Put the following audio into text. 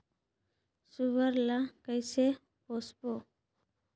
सुअर ला कइसे पोसबो?